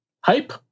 Hype